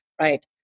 Right